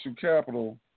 capital